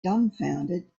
dumbfounded